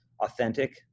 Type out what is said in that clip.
authentic